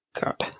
god